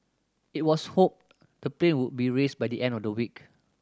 it was hoped the plane would be raised by the end of the week